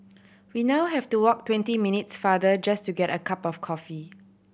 we now have to walk twenty minutes farther just to get a cup of coffee